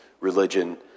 religion